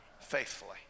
faithfully